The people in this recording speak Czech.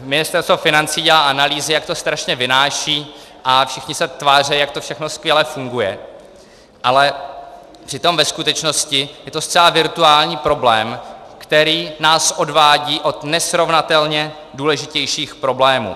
Ministerstvo financí dělá analýzy, jak to strašně vynáší a všichni se tváří, jak to všechno skvěle funguje, ale přitom ve skutečnosti je to zcela virtuální problém, který nás odvádí od nesrovnatelně důležitějších problémů.